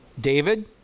David